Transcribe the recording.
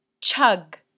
chug